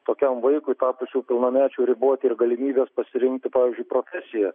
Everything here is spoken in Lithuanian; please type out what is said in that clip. tokiam vaikui tapus jau pilnamečiu riboti ir galimybes pasirinkti pavyzdžiui profesiją